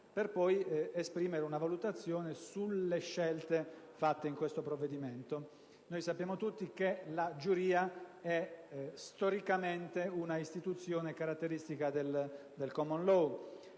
per poi esprimere una valutazione sulle scelte fatte in questo provvedimento. Noi tutti sappiamo che la giuria, storicamente, è un'istituzione caratteristica del diritto